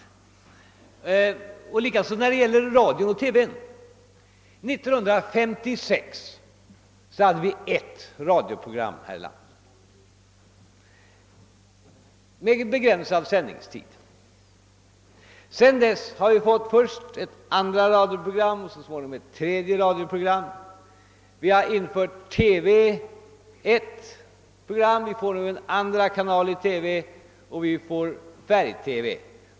Samma är förhållandet när det gäller radion och televisionen. År 1956 hade vi ett radioprogram här i landet med begränsad sändningstid. Sedan dess har vi fått först ett andra radioprogram och så småningom även ett tredje. Vi har infört TV 1-programmet, och vi får nu en andra kanal i TV samt färg-TV.